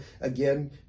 again